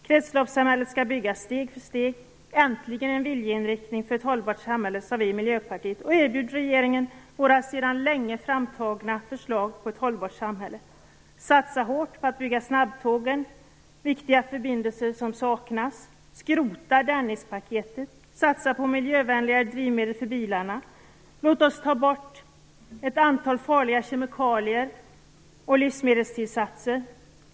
Kretsloppssamhället skall byggas steg för steg. Äntligen en viljeinriktning för ett hållbart samhälle, sade vi i Miljöpartiet och erbjöd regeringen våra sedan länge framtagna förslag till ett hållbart samhälle. Satsa hårt på att bygga ut snabbtågsförbindelserna och bygg viktiga förbindelser som saknas, skrota Dennispaketet, satsa på miljövänligare drivmedel för bilarna! Låt oss ta bort ett antal farliga kemikalier och livsmedelstillsatser.